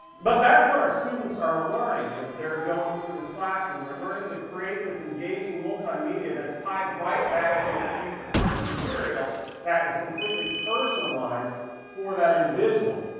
but that's what our students are learning as they're going through this classroom. they're learning to create this engaging multimedia that's tied right back to a piece of printed material that is completely personalized for that individual.